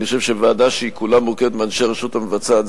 אני חושב שוועדה שכולה מורכבת מאנשי הרשות המבצעת,